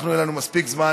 אנחנו, יהיה לנו מספיק זמן